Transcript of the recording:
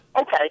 Okay